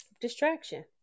distraction